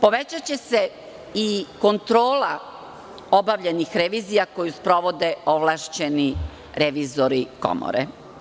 Povećaće se kontrola obavljenih revizija koju sprovode ovlašćeni revizori komore.